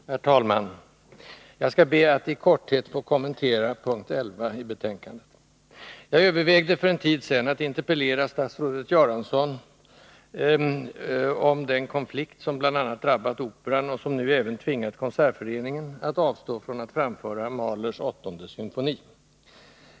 Herr talman! Jag skall be att i korthet få kommentera p. 11 i betänkandet. Jag övervägde för en tid sedan att interpellera statsrådet Göransson om den konflikt som bl.a. drabbat Operan och som nu även tvingat Konsertföreningen att avstå från att framföra Mahlers åttonde symfoni.